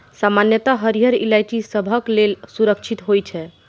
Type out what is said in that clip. सामान्यतः हरियर इलायची सबहक लेल सुरक्षित होइ छै